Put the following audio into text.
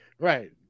Right